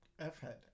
F-Head